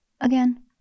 again